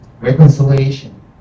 reconciliation